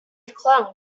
clung